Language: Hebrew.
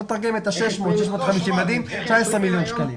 בוא תתרגם את ה-600, 650 ילדים, 19 מיליון שקלים.